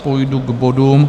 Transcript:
Půjdu k bodům.